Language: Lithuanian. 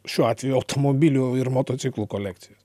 šiuo atveju automobilių ir motociklų kolekcijas